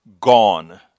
gone